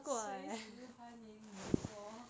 随时欢迎妳坐 orh